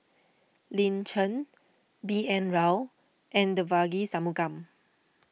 Lin Chen B N Rao and Devagi Sanmugam